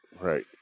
right